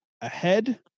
Ahead